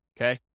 okay